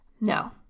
No